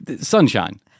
Sunshine